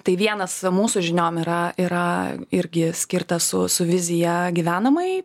tai vienas su mūsų žiniom yra yra irgi skirtas su su vizija gyvenamai